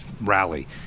rally